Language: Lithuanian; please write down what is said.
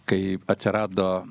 kai atsirado